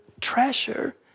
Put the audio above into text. treasure